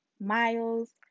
Miles